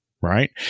right